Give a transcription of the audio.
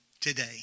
today